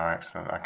Excellent